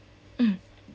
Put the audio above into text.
mm